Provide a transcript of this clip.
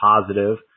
positive